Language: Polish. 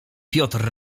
piotr